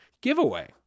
giveaway